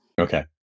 Okay